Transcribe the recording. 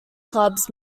clubs